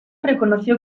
reconoció